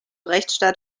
rechtsstaat